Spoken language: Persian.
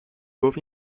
گفت